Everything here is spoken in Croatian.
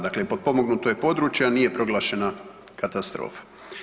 Dakle, potpomognuto je područje, a nije proglašena katastrofa.